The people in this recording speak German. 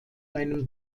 einem